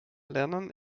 lernen